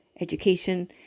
education